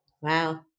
Wow